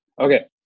Okay